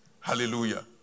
Hallelujah